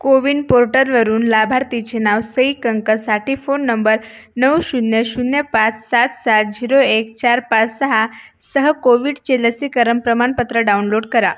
कोविन पोर्टलवरून लाभार्थीचे नाव सई कंकसाठी फोन नंबर नऊ शून्य शून्य पाच सात सात झीरो एक चार पाच सहा सह कोविडचे लसीकरण प्रमाणपत्र डाउनलोड करा